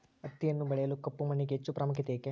ಹತ್ತಿಯನ್ನು ಬೆಳೆಯಲು ಕಪ್ಪು ಮಣ್ಣಿಗೆ ಹೆಚ್ಚು ಪ್ರಾಮುಖ್ಯತೆ ಏಕೆ?